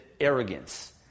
arrogance